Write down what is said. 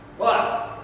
but,